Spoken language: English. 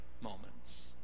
moments